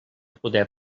poder